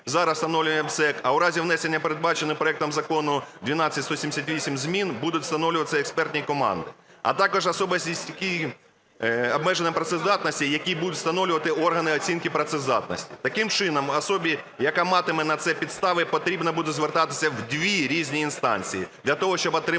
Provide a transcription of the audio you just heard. зараз оновлює МСЕК, а у разі внесення передбачених проектом Закону 12178 змін будуть встановлюватися експертні команди. А також особи зі стійким обмеженням працездатності, який будуть встановлювати органи оцінки працездатності. Таким чином особі, яка матиме на це підстави, потрібно буде звертатися в дві різні інстанції для того, щоб отримати